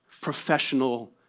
professional